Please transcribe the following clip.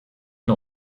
nur